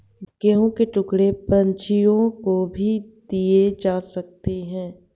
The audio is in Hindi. गेहूं के टुकड़े पक्षियों को भी दिए जा सकते हैं